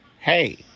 hey